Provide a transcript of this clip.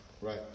right